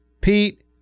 Pete